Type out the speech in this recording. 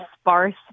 sparse